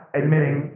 admitting